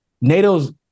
NATO's